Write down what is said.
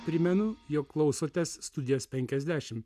primenu jog klausotės studijos penkiasdešim